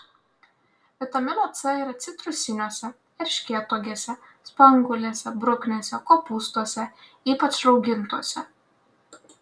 vitamino c yra citrusiniuose erškėtuogėse spanguolėse bruknėse kopūstuose ypač raugintuose